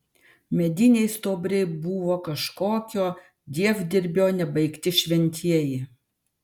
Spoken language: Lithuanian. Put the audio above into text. mediniai stuobriai buvo kažkokio dievdirbio nebaigti šventieji